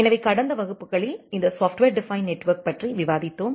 எனவே கடந்த வகுப்புகளில் இந்த சாப்ட்வேர் டிபைன்ட் நெட்வொர்க்கிங் பற்றி விவாதித்தோம்